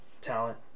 talent